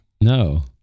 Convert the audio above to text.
No